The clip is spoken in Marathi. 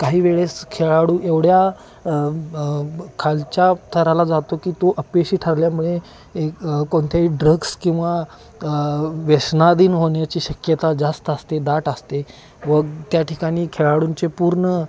काही वेळेस खेळाडू एवढ्या खालच्या थराला जातो की तो अपयशी ठरल्यामुळे ए कोणत्याही ड्रग्स किंवा व्यसनाधीन होण्याची शक्यता जास्त असते दाट असते व त्या ठिकाणी खेळाडूंचे पूर्ण